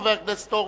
חבר הכנסת הורוביץ,